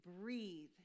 breathe